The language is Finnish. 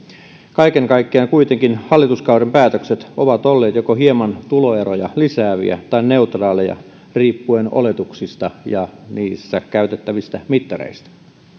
kaiken kaikkiaan kuitenkin hallituskauden päätökset ovat olleet joko hieman tuloeroja lisääviä tai neutraaleja riippuen oletuksista ja niissä käytettävistä mittareista